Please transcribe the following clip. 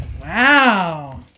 Wow